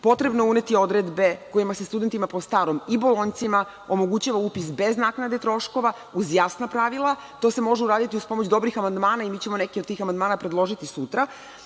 Potrebno je uneti odredbe kojima se studentima po starom i bolonjcima omogućava upis bez naknade troškova uz jasna pravila. To se može uraditi uz pomoć dobrih amandman i mi ćemo neke od tih amandmana predložiti sutra.